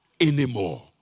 anymore